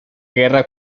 guerra